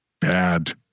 bad